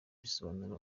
risobanura